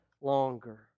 longer